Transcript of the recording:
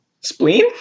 Spleen